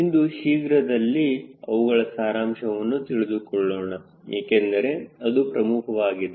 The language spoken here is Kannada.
ಇಂದು ಶೀಘ್ರದಲ್ಲಿ ಅವುಗಳ ಸಾರಾಂಶವನ್ನು ತಿಳಿದುಕೊಳ್ಳೋಣ ಏಕೆಂದರೆ ಅದು ಪ್ರಮುಖವಾಗಿದೆ